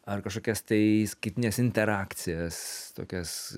ar kažkokias tai įskaitines interakcijas tokias